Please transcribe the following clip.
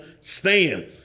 stand